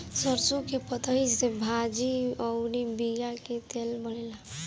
सरसों के पतइ से भाजी अउरी बिया के तेल बनेला